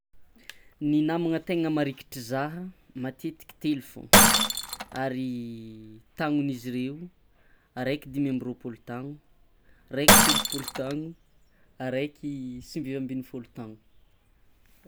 Ny namagna tegna marikitry zah matetiky telo fogna ary taognon'izy ireo araiky dimy amby roapolo taogno araiky telopolo ataogno araiky sivy ambin'ny folo taogno.